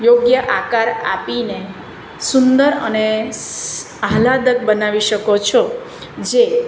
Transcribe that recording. યોગ્ય આકાર આપીને સુંદર અને આહલાદક બનાવી શકો છો જે